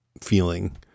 feeling